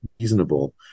reasonable